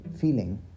feeling